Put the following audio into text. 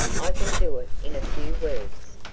i can do it in a few words.